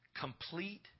complete